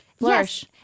Yes